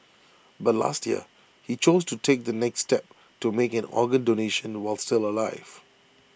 but last year he chose to take the next step to make an organ donation while still alive